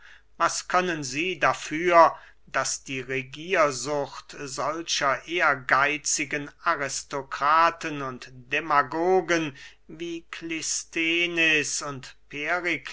was können sie dafür daß die regiersucht solcher ehrgeitzigen aristokraten und demagogen wie klisthenes und